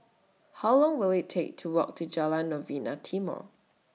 How Long Will IT Take to Walk to Jalan Novena Timor